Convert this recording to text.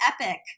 epic